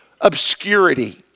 obscurity